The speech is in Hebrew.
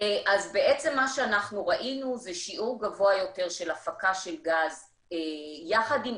אז בעצם מה שאנחנו ראינו זה שיעור גבוה יותר של הפקה של גז יחד עם